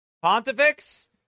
Pontifex